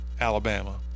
Alabama